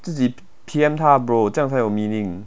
自己 P_M 他 bro 这样才有 meaning